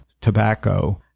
tobacco